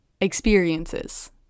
experiences